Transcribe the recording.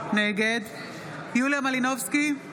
נגד יוליה מלינובסקי,